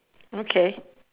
okay